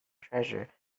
treasure